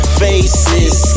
faces